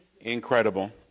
incredible